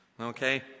okay